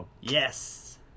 Yes